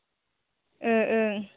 ओ औ